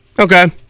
okay